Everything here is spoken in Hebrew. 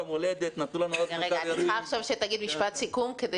משפט סיכום.